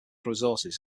resources